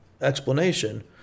explanation